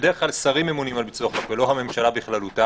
ובדרך כלל שרים ממונים על ביצוע החוק ולא הממשלה בכללותה.